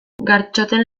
gartxoten